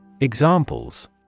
Examples